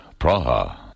Praha